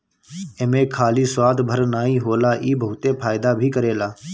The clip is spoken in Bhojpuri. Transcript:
एमे खाली स्वाद भर नाइ होला इ बहुते फायदा भी करेला